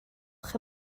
gloch